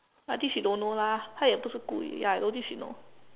I think she don't know lah 他也不是归 ya I don't think she know